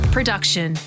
Production